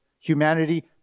Humanity